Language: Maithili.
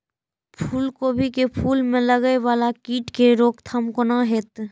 फुल गोभी के फुल में लागे वाला कीट के रोकथाम कौना हैत?